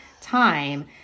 time